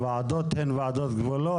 הוועדות הן ועדות גבולות,